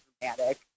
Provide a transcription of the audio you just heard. dramatic